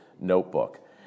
notebook